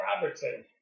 Robertson